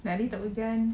ini hari tak hujan